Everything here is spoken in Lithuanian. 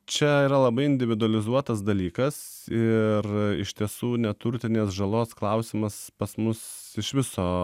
čia yra labai individualizuotas dalykas ir iš tiesų neturtinės žalos klausimas pas mus iš viso